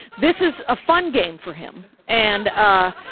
this is a fun game for him. and ah,